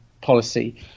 policy